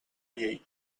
llei